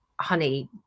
honey